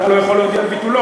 אתה לא יכול להודיע על ביטולו.